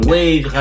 Wave